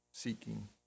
Seeking